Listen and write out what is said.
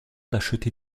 d’acheter